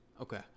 Okay